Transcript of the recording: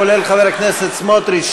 כולל חבר הכנסת סמוטריץ,